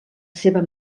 seva